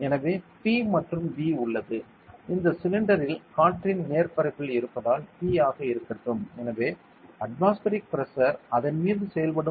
எனவே P மற்றும் V உள்ளது இந்த சிலிண்டரில் காற்றின் மேற்பரப்பில் இருப்பதால் P ஆக இருக்கட்டும் எனவே அட்மாஸ்பரிக் பிரஷர் அதன் மீது செயல்படும்